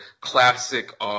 classic